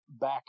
back